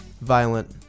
Violent